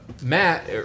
matt